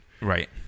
Right